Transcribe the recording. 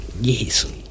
Yes